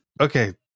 Okay